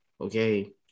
Okay